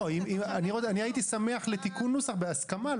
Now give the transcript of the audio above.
הייתי שמח לתיקון נוסח בהסכמה.